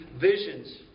visions